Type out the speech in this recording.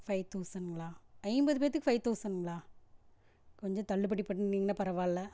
five தௌசண்ட்ங்களா ஐம்பது பேர்த்துக்கு ஃபைவ் தொளசண்ட்ங்களா கொஞ்சம் தள்ளுபடி பண்ணீங்கன்னால் பரவாயில்ல